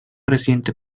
reciente